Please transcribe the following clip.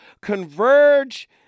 Converge